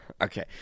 Okay